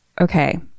Okay